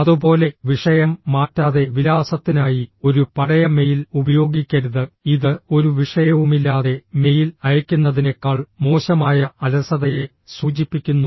അതുപോലെ വിഷയം മാറ്റാതെ വിലാസത്തിനായി ഒരു പഴയ മെയിൽ ഉപയോഗിക്കരുത് ഇത് ഒരു വിഷയവുമില്ലാതെ മെയിൽ അയയ്ക്കുന്നതിനേക്കാൾ മോശമായ അലസതയെ സൂചിപ്പിക്കുന്നു